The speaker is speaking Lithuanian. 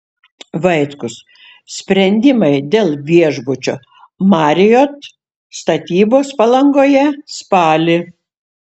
vaitkus sprendimai dėl viešbučio marriott statybos palangoje spalį